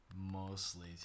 mostly